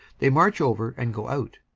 they march over and go out.